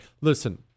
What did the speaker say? Listen